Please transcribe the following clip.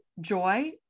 joy